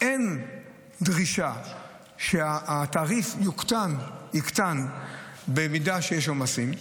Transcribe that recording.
אין דרישה שהתעריף יוקטן במידה שיש עומסים.